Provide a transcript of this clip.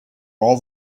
all